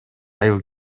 айыл